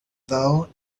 though